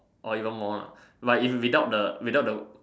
or even more lah but if without the without the